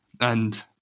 and-